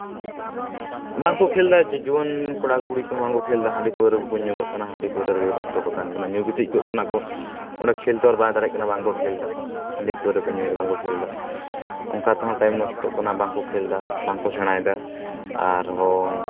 ᱵᱟᱝ ᱠᱚ ᱠᱷᱮᱞ ᱫᱟ ᱡᱩᱣᱟᱹᱱ ᱠᱚᱲᱟ ᱠᱩᱲᱤ ᱠᱚᱦᱚᱸ ᱵᱟᱝᱚ ᱠᱷᱮᱞᱮᱫᱟ ᱦᱟᱺᱰᱤ ᱯᱟᱹᱣᱨᱟᱹ ᱠᱚᱠᱚ ᱧᱩ ᱠᱟᱜ ᱠᱟᱱᱟ ᱦᱟᱺᱰᱤ ᱯᱟᱹᱣᱨᱟᱹ ᱨᱮᱜᱮ ᱵᱮᱥᱛᱚ ᱠᱚ ᱛᱟᱦᱮᱱ ᱠᱟᱱᱟ ᱧᱩ ᱜᱤᱛᱤᱡ ᱠᱚᱜ ᱠᱟᱱᱟ ᱠᱚ ᱚᱸᱰᱮ ᱠᱷᱮᱞ ᱛᱚ ᱟᱨ ᱵᱟᱭ ᱫᱟᱲᱮᱭᱟᱜ ᱠᱟᱱᱟ ᱵᱟᱝᱠᱚ ᱠᱷᱮᱞᱫᱟ ᱦᱟᱺᱰᱤ ᱯᱟᱹᱣᱨᱟᱹ ᱠᱚᱠᱚ ᱧᱩᱭᱫᱟ ᱵᱟᱝᱠᱚ ᱠᱷᱮᱹᱞᱫᱟ ᱚᱝᱠᱟ ᱛᱮᱦᱚᱸ ᱴᱟᱭᱤᱢ ᱱᱚᱥᱴᱚᱜ ᱠᱟᱱᱟ ᱵᱟᱝᱠᱚ ᱠᱷᱮᱞᱮᱫᱟ ᱵᱟᱝ ᱠᱚ ᱥᱮᱬᱟᱭᱫᱟ ᱟᱨᱦᱚᱸ